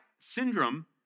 syndrome